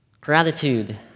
Gratitude